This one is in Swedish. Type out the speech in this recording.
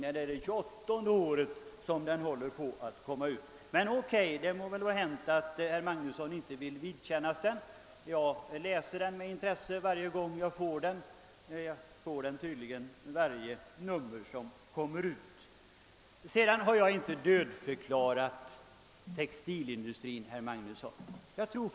Men det må vara hänt att herr Magnusson inte vill kännas vid tidningen — jag för min del läser den med intresse varje gång jag får den, jag får tydligen av någon anledning de nummer som kommer ut. Jag har inte dödförklarat textilindustrin, herr Magnusson.